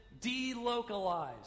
delocalized